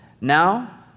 Now